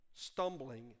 stumbling